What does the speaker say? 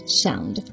sound